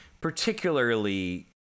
particularly